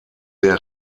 der